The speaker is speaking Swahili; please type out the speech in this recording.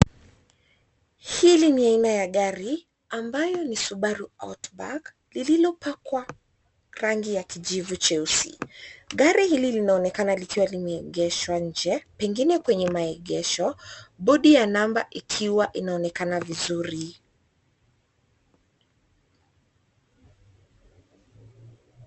Hili ni aina ya gari ambayo ni Subaru Outback lililo pakwa rangi ya kijivu cheusi gari hili linaonekana likiwa limeegeshwa nje pengine kwenye maegesho bodi ya namba ikiwa inaonekana vizuri.